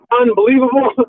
unbelievable